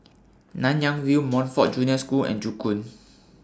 Nanyang View Montfort Junior School and Joo Koon